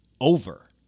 over